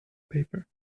paper